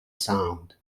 sound